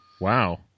Wow